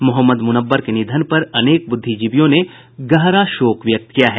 मोहम्मद मुनव्वर के निधन के पर अनेक बुद्धिजीवियों ने गहरा शोक व्यक्त किया है